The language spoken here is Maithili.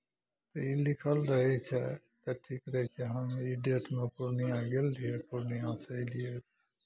तऽ ई लिखल रहै छै ठीक रहै छै हम ई डेटमे पूर्णियाँ गेल रहियै पूर्णियाँसँ एलियै